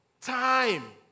time